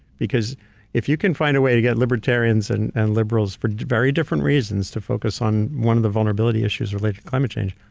because if you can find a way to get libertarians and and liberals for very different reasons to focus on one of the vulnerability issues related to climate change,